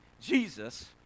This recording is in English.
Jesus